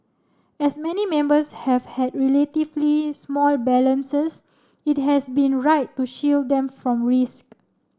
as many members have had relatively small balances it has been right to shield them from risk